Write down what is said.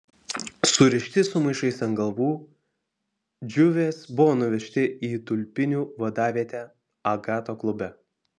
surišti su maišais ant galvų džiuvės buvo nuvežti į tulpinių vadavietę agato klube